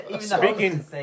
Speaking